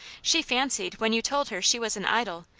she fancied, when you told her she was an idol,